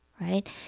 right